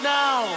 now